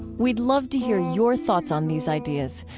we'd love to hear your thoughts on these ideas.